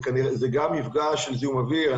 אבל זה גם מפגע של זיהום אוויר.